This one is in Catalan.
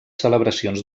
celebracions